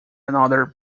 another